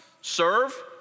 Serve